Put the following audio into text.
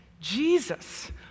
Jesus